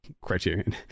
Criterion